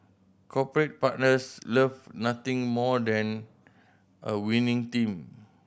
corporate partners love nothing more than a winning team